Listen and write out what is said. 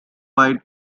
quite